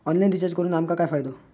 Online recharge करून आमका काय फायदो?